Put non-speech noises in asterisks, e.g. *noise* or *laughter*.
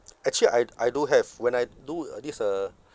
*noise* actually I d~ I do have when I do uh this uh